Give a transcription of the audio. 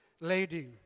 lady